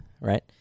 right